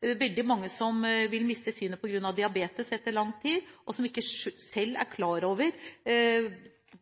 vil miste synet på grunn av lang tids diabetes, og som selv ikke er klar over